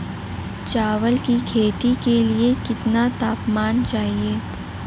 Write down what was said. चावल की खेती के लिए कितना तापमान चाहिए?